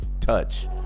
touch